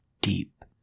deep